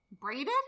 Braided